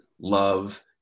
love